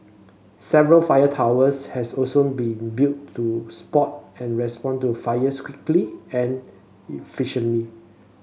several fire towers has also been built to spot and respond to fires quickly and efficiently